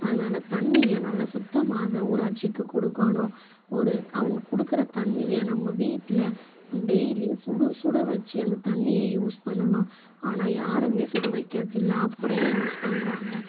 அதனால தண்ணியை நல்லா சுத்தமாக ஊராட்சிக்கு கொடுக்கணும் ஒரு அவங்க கொடுக்குற தண்ணியை நம்ம வீட்டில் டெய்லியும் சுடு சுட வச்சு அந்த தண்ணியை யூஸ் பண்ணணும் ஆனால் யாரும் சுட வைக்கிறது இல்லை அப்படியே யூஸ் பண்ணுறாங்க